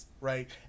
right